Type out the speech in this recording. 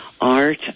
Art